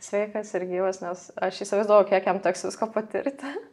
sveikas ir gyvas nes aš įsivaizduoju kiek jam teks visko patirti